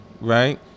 Right